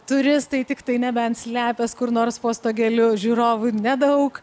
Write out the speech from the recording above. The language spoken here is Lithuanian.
turistai tiktai nebent slepias kur nors po stogeliu žiūrovų nedaug